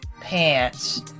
pants